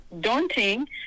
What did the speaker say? daunting